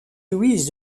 louise